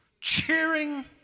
Cheering